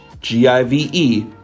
G-I-V-E